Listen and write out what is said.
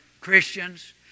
Christians